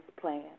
plan